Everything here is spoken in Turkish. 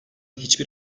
hiçbir